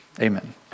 Amen